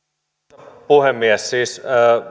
arvoisa puhemies